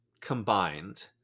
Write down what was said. combined